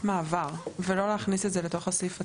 מעבר ולא להכניס את זה לתוך הסעיף עצמו.